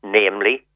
namely